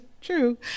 true